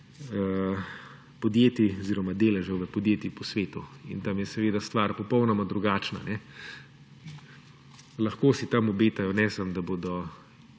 podjetij oziroma deležev v podjetjih po svetu. In tam je seveda stvar popolnoma drugačna, lahko si tam obetajo, ne samo da bodo